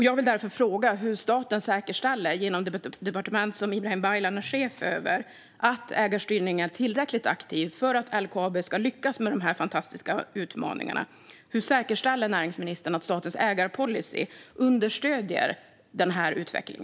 Jag vill därför fråga hur staten, genom det departement som Ibrahim Baylan är chef över, säkerställer att ägarstyrningen är tillräckligt aktiv för att LKAB ska lyckas med dessa fantastiska utmaningar. Hur säkerställer näringsministern att statens ägarpolicy understöder denna utveckling?